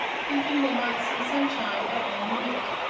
thinking they might see sunshine at any minute.